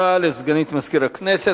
תודה לסגנית מזכיר הכנסת.